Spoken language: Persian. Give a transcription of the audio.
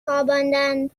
خواباندند